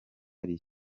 ari